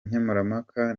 nkemurampaka